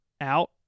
out